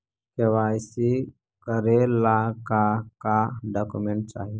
KYC करे ला का का डॉक्यूमेंट चाही?